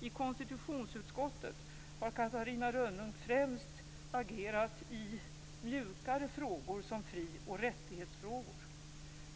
I konstitutionsutskottet har Catarina Rönnung främst agerat i mjukare frågor som fri och rättighetsfrågor.